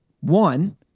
one